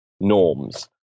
norms